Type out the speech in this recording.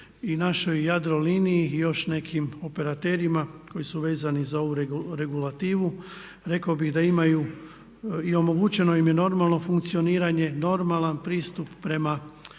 i našoj Jadroliniji i još nekim operaterima koji su vezani za ovu regulativu, rekao bih da imaju i omogućeno im je normalno funkcioniranje, normalan pristup prema